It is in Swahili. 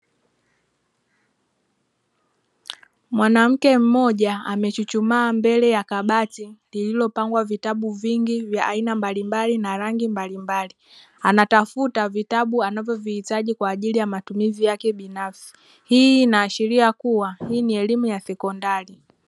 Mwanamke mmoja amechuchumaa mbele ya kabati lililopangwa vitabu vingi vya aina mbalimbali na rangi mbalimbali, anatafuta vitabu anavyovihitaji kwaajili ya matumizi yake binafsi; hii inaashiria kuwa hii ni elimu ya sekondari.